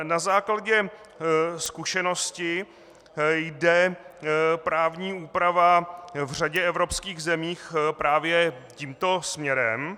Na základě zkušenosti jde právní úprava v řadě evropských zemí právě tímto směrem.